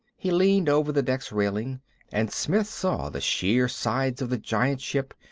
he leaned over the deck's railing and smith saw the sheer sides of the giant ship,